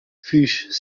fuchs